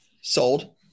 sold